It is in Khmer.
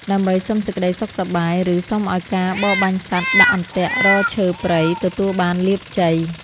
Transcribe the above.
ដើម្បីសុំសេចក្តីសុខសប្បាយ ឬ សុំឱ្យការបរបាញ់សត្វ ដាក់អន្ទាក់ រកឈើព្រៃ ទទួលបានលាភជ័យ។